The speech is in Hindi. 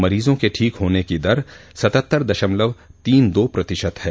मरीजों के ठीक होने की दर सतहत्तर दशमलव तीन दो प्रतिशत है